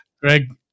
Greg